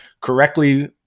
correctly